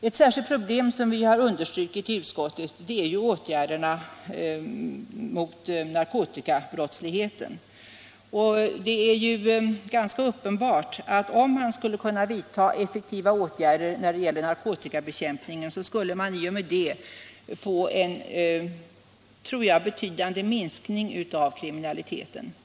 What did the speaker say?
Ett särskilt problem som vi har understrukit i utskottet gäller åtgärderna mot narkotikabrottsligheten. Det är ganska uppenbart att om man kunde vidta effektiva åtgärder mot narkotika, skulle man i och med det kunna få en betydande minskning av kriminaliteten.